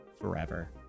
forever